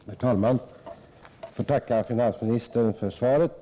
Herr talman! Jag tackar finansministern för svaret.